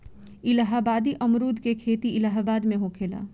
इलाहाबादी अमरुद के खेती इलाहाबाद में होखेला